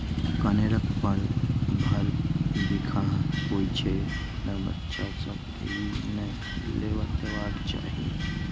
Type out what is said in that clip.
कनेरक फर बिखाह होइ छै, तें बच्चा सभ कें ई नै लेबय देबाक चाही